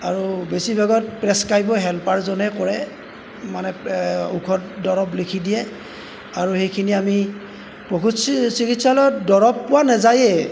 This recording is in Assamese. আৰু বেছিভাগত প্ৰেচক্ৰাইবো হেল্পাৰজনে কৰে মানে ঔষধ দৰব লিখি দিয়ে আৰু সেইখিনি আমি পশু চিকিৎসালয়ত দৰব পোৱা নাযায়েই